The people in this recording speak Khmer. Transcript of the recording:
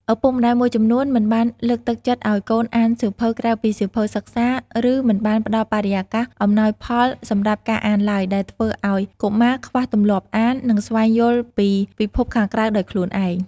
ឪពុកម្តាយមួយចំនួនមិនបានលើកទឹកចិត្តកូនឱ្យអានសៀវភៅក្រៅពីសៀវភៅសិក្សា ឬមិនបានផ្តល់បរិយាកាសអំណោយផលសម្រាប់ការអានឡើយ ដែលធ្វើឱ្យកុមារខ្វះទម្លាប់អាន និងស្វែងយល់ពីពិភពខាងក្រៅដោយខ្លួនឯង។